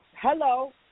hello